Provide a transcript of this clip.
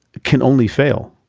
can only fail.